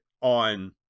on